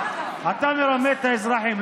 אתה מרמה את האזרחים,